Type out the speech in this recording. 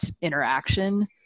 interaction